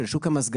של שוק המזגנים,